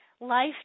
life